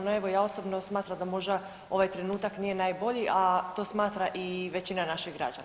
No, evo ja osobno smatram da možda ovaj trenutak nije najbolji, a to smatra i većina naših građana.